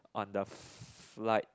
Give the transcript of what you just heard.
on the flight